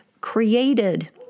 created